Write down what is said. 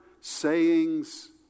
Sayings